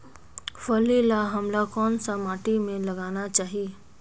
फल्ली ल हमला कौन सा माटी मे लगाना चाही?